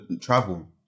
travel